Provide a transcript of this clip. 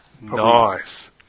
Nice